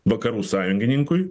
vakarų sąjungininkui